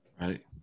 right